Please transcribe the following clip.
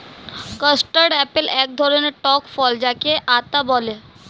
custard apple এক ধরণের টক ফল যাকে আতা বলে